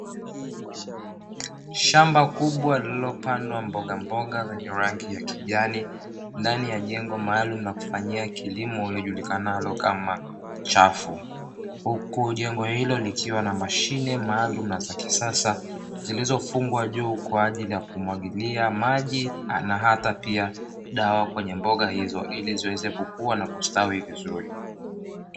Shamba kubwa lililopandwa mbogamboga zenye rangi ya kijani, ndani ya jengo maalumu la kufanyia kilimo lijulikanalo kama chafu. Huku jengo hilo likiwa na mashine maalumu na za kisasa, zilizofugwa juu kwa ajili ya kumwagilia maji na hata pia dawa kwenye mboga hizo, ili ziweze kukua na kustawi vizuri.